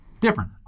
different